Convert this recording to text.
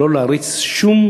שלא להריץ שום